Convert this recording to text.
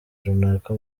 runaka